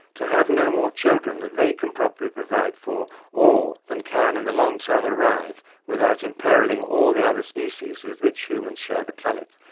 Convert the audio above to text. to have no more children than they can properly provide for or than can in the long term arrive without imperilling all the other species with which humans share the planet.